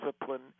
discipline